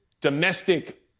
domestic